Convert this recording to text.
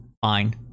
fine